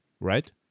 right